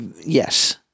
yes